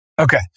Okay